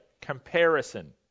comparison